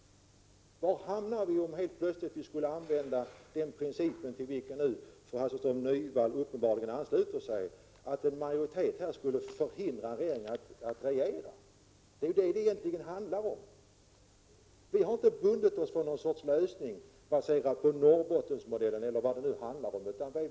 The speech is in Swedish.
Var hamnar vi om vi plötsligt skulle använda den princip till vilken fru Hasselström Nyvall uppenbarligen ansluter sig, nämligen att en majoritet här i riksdagen skulle förhindra regeringen att regera? Det är ju det som frågan egentligen handlar om. Vi har inte bundit oss för någon lösning baserad på Norrbottensmodellen eller vad det nu handlar om.